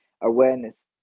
awareness